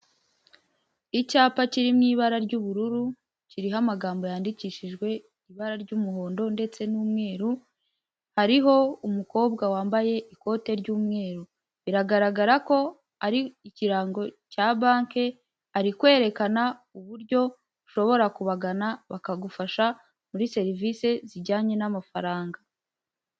Icyapa kiri mu ibara ry'ubururu kiriho amagambo yandikishijwe ibara ry'umuhondo, ndetse n'umweru hariho umukobwa wambaye ikote ry'umweru, biragaragara ko ari ikirango cya banki ari kwerekana uburyo ushobora kubagana bakagufasha muri serivisi zijyanye n'amafaranga.